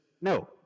no